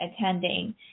attending